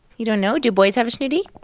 you don't know. do boys have a schnoodie?